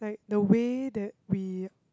the way that we